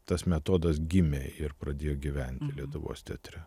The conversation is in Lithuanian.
tas metodas gimė ir pradėjo gyventi lietuvos teatre